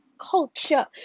culture